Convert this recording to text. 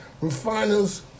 Refiners